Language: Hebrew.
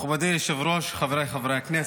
מכובדי היושב-ראש, חבריי חברי הכנסת,